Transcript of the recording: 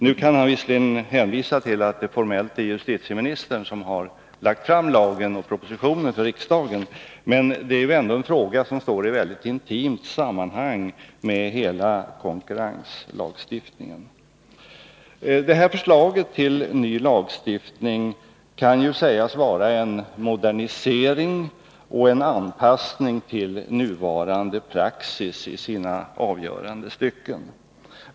Nu kan han visserligen hänvisa till att det formellt är justitieministern som har lagt fram propositionen för riksdagen, men det gäller ju ändå en fråga som står i mycket intimt samband med hela konkurrenslagstiftningen. Detta förslag till ny lagstiftning kan sägas vara en modernisering och en anpassning till nuvarande praxis i sina avgörande stycken.